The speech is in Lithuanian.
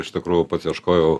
iš tikrųjų pats ieškojau